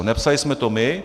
Nepsali jsme to my.